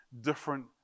different